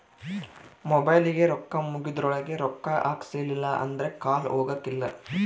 ಮೊಬೈಲಿಗೆ ರೊಕ್ಕ ಮುಗೆದ್ರೊಳಗ ರೊಕ್ಕ ಹಾಕ್ಸಿಲ್ಲಿಲ್ಲ ಅಂದ್ರ ಕಾಲ್ ಹೊಗಕಿಲ್ಲ